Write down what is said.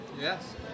Yes